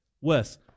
Wes